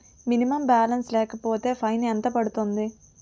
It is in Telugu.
మినిమం బాలన్స్ లేకపోతే ఫైన్ ఎంత పడుతుంది?